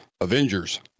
Avengers